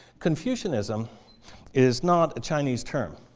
confucianism is not a chinese term.